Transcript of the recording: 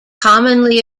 commonly